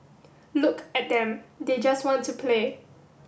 look at them they just want to play